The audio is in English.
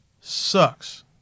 sucks